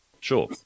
Sure